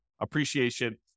appreciation